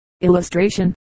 Illustration